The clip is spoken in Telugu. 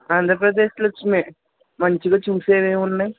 ఆంధ్రప్రదేశ్లో వచ్చి మే మంచిగా చూసేవేమున్నాయ్